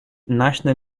national